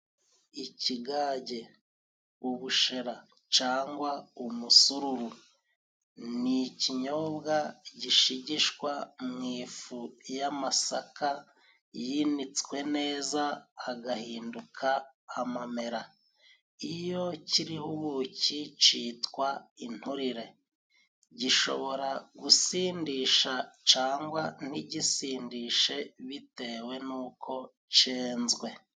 Ikigage, ubushera cangwa umusururu, ni ikinyobwa gishigishwa mu ifu y'amasaka yinitswe neza agahinduka amamera. Iyo kiriho ubuki citwa inturire. Gishobora gusindisha cangwa ntigisindishe bitewe n'uko cenzwe.